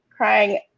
crying